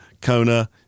Kona